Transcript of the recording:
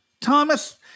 Thomas